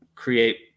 create